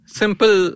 simple